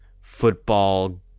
football